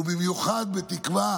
ובמיוחד בתקווה